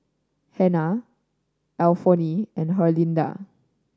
Hannah Alphonso and Herlinda